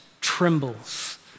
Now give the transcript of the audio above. trembles